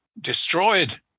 destroyed